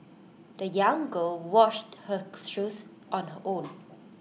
the young girl washed her shoes on her own